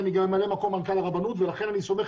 אני גם ממלא מקום מנכ"ל הרבנות ולכן אני סומך